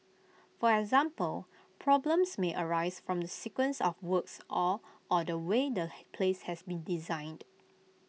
for example problems may arise from the sequence of works or or the way the place has been designed